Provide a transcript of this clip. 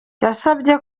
yasabye